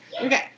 okay